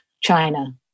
China